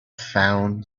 found